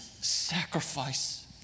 sacrifice